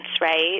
right